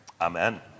Amen